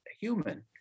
human